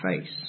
face